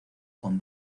con